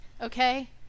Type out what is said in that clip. okay